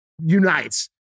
unites